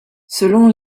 selon